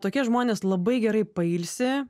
tokie žmonės labai gerai pailsi